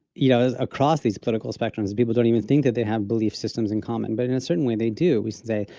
you know, across these political spectrums, people don't even think that they have belief systems in common, but in a certain way they do we say,